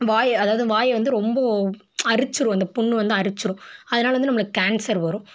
வாய் அதாவது வாயை வந்து ரொம்ப அரிச்சுடும் அந்த புண் வந்து அரிச்சுடும் அதனால வந்து நம்மளுக்கு கேன்சர் வரும்